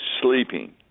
sleeping